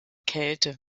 kälte